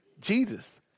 Jesus